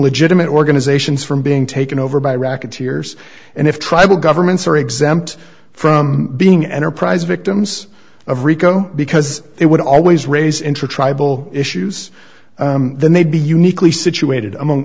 legitimate organizations from being taken over by racketeers and if tribal governments are exempt from being enterprise victims of rico because it would always raise intertribal issues then they'd be uniquely situated among